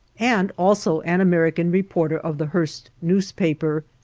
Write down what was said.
and also an american reporter of the hearst newspaper.